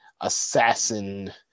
assassin